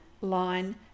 line